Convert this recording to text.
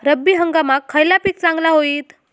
रब्बी हंगामाक खयला पीक चांगला होईत?